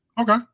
Okay